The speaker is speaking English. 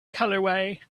colorway